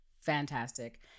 fantastic